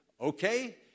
okay